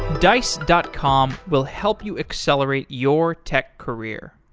dice dot com will help you accelerate your tech career.